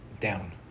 down